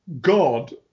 God